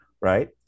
right